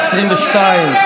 22,